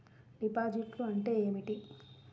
డిపాజిట్లు అంటే ఏమిటి?